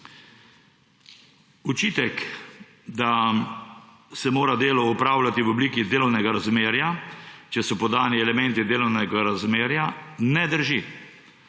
Očitek, da se mora delo opravljati v obliki delovnega razmerja, če so podani elementi delovnega razmerja, ne drži,